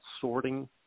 sorting